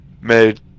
made